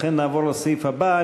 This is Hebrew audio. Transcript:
לכן נעבור לסעיף הבא.